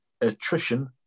Attrition